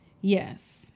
yes